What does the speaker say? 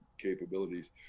capabilities